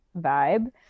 vibe